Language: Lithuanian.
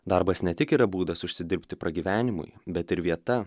darbas ne tik yra būdas užsidirbti pragyvenimui bet ir vieta